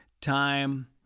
time